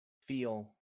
feel